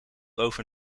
over